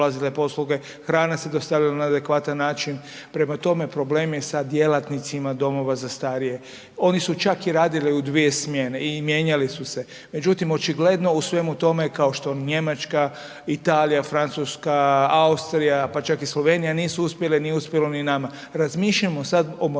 hrana se dostavljala na adekvatan način, prema tome problem je sa djelatnicima domova za starije. Oni su čak i radili u 2 smjene i mijenjali su se, međutim očigledno u svemu tome, kao što Njemačka, Italija, Francuska, Austrija pa čak ni Slovenija nisu uspjele nije uspjelo ni nama. Razmišljamo sad o modalitetu